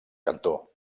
cantó